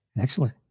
Excellent